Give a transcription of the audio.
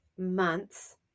months